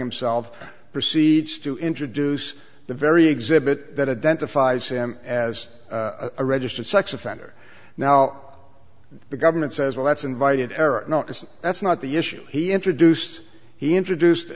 himself proceeds to introduce the very exhibit that identifies him as a registered sex offender now the government says well that's invited error that's not the issue he introduced he introduced